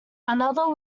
another